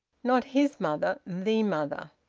not his mother the mother.